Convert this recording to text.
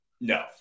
No